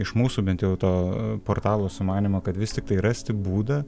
iš mūsų bent jau to portalo sumanymo kad vis tiktai rasti būdą